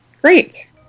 great